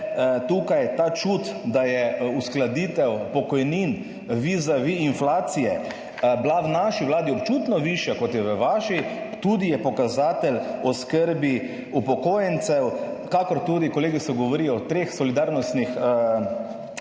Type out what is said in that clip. tukaj ta čut, da je uskladitev pokojnin vizavi inflacije bila v naši Vladi občutno višja kot je v vaši, tudi je pokazatelj oskrbi upokojencev, kakor tudi, kolegi so govorili o treh solidarnostnih